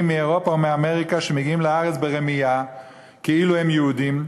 מאירופה ומאמריקה שמגיעים לארץ ברמייה כאילו הם יהודים.